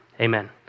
Amen